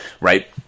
Right